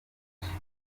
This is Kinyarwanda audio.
benshi